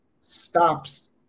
stops